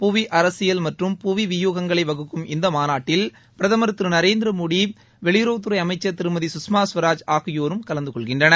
புவி அரசியல் மற்றும் புவி வியூகங்களை வகுக்கும் இந்த மாநாட்டில் பிரதமா் திரு நரேந்திரமோடி வெளியுறவுத்துறை அமைச்சா் திருமதி கஷ்மா ஸ்வராஜ் ஆகியோரும் கலந்து கொள்கின்றனர்